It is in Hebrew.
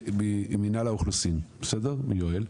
ממינהל האוכלוסין, מיואל,